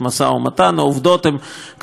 העובדות הן קצת שונות.